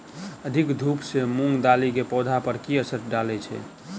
अधिक धूप सँ मूंग दालि केँ पौधा पर की असर डालय छै?